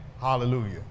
Hallelujah